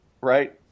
right